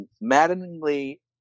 maddeningly